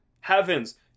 Heavens